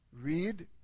read